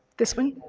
this one?